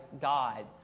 God